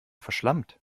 verschlampt